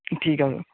ਠੀਕ ਆ ਬ੍ਰੋ